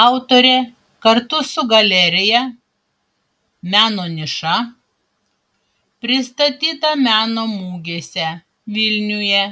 autorė kartu su galerija meno niša pristatyta meno mugėse vilniuje